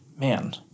man